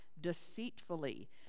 deceitfully